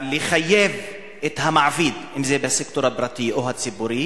לחייב את המעביד, אם בסקטור הפרטי או הציבורי,